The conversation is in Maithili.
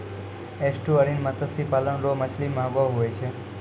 एस्टुअरिन मत्स्य पालन रो मछली महगो हुवै छै